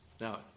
Now